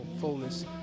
fullness